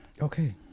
Okay